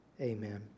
Amen